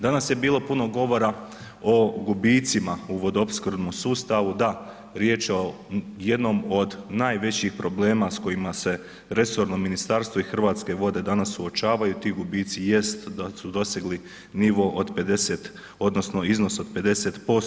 Danas je bilo puno govora o gubicima u vodoopskrbnom sustavu, da, riječ je o jednom od najvećih problema s kojima se resorno ministarstvo i Hrvatske vode danas suočavaju i ti gubi jest da su dosegli nivo od 50 odnosno iznos od 50%